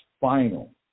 final